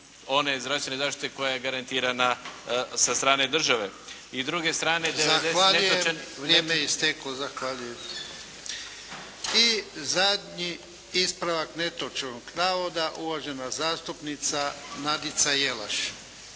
Zahvaljujem. Vrijeme je isteklo, zahvaljujem. I zadnji ispravak netočnog navoda uvažena zastupnica Nadica Jelaš.